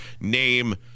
name